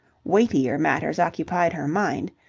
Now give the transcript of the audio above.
weightier matters occupied her mind.